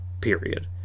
period